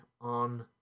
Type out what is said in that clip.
on